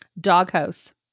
Doghouse